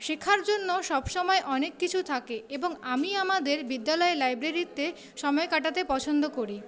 শেখার জন্য সবসময় অনেক কিছু থাকে এবং আমি আমাদের বিদ্যালয়ের লাইব্রেরিতে সময় কাটাতে পছন্দ করি